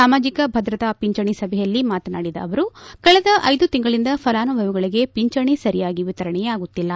ಸಾಮಾಜಿಕ ಭದ್ರತಾ ಪಿಂಚಣಿ ಸಭೆಯಲ್ಲಿ ಮಾತನಾಡಿದ ಅವರು ಕಳೆದ ಐದು ತಿಂಗಳಿಂದ ಫಲಾನುಭವಿಗಳಿಗೆ ಪಿಂಚಣಿ ಸರಿಯಾಗಿ ವಿತರಣೆಯಾಗುತ್ತಿಲ್ಲ